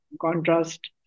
contrast